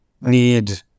need